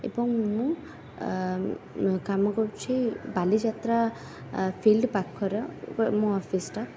ଏବଂ ମୁଁ ଆ କାମ କରୁଛି ବାଲିଯାତ୍ରା ଆ ଫିଲ୍ଡ ପାଖର ମୋ ଅଫିସ୍ ଟା